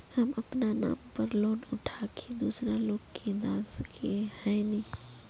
हम अपना नाम पर लोन उठा के दूसरा लोग के दा सके है ने